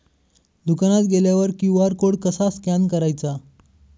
दुकानात गेल्यावर QR code कसा स्कॅन करायचा?